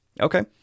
Okay